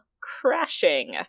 Crashing